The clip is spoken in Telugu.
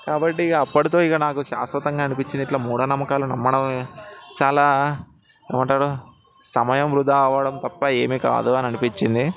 కాబట్టి ఇక అప్పటితో నాకు ఇంక శాశ్వతంగా అనిపించింది ఇట్లా మూఢనమ్మకాలు నమ్మడం చాలా ఏమంటారు సమయం వృధా అవ్వడం తప్ప ఏమీ కాదు అనిపించింది